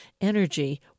energy